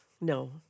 No